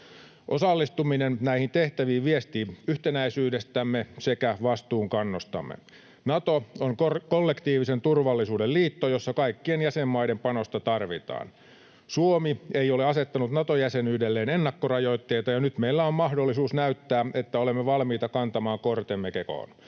Osallistuminen näihin tehtäviin viestii yhtenäisyydestämme sekä vastuunkannostamme. Nato on kollektiivisen turvallisuuden liitto, jossa kaikkien jäsenmaiden panosta tarvitaan. Suomi ei ole asettanut Nato-jäsenyydelleen ennakkorajoitteita, ja nyt meillä on mahdollisuus näyttää, että olemme valmiita kantamaan kortemme kekoon.